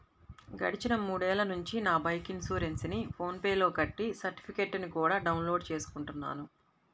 గడిచిన మూడేళ్ళ నుంచి నా బైకు ఇన్సురెన్సుని ఫోన్ పే లో కట్టి సర్టిఫికెట్టుని కూడా డౌన్ లోడు చేసుకుంటున్నాను